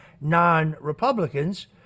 non-Republicans